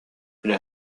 les